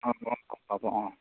অঁ গম পাব অঁ